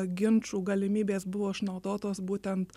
ginčų galimybės buvo išnaudotos būtent